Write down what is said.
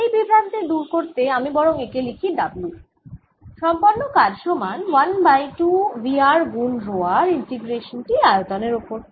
এই বিভ্রান্তি দূর করতে আমি বরং একে লিখি W সম্পন্ন কাজ সমান 1 বাই 2 V r গুন রো r ইন্টিগ্রেশান টি আয়তনের ওপর